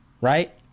Right